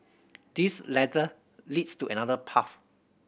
this ladder leads to another path